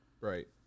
Right